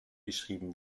beschrieben